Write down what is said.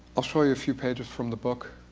i'll show you a few pages from the book.